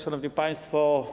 Szanowni Państwo!